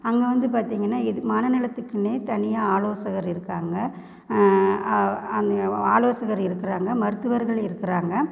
அங்கே வந்து பார்த்திங்கன்னா இது மனநலத்துக்குனே தனியாக ஆலோசகர் இருக்காங்க அங்கே ஆலோசகர் இருக்கிறாங்க மருத்துவர்கள் இருக்கிறாங்க